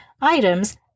items